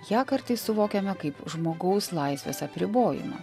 ją kartais suvokiame kaip žmogaus laisvės apribojimą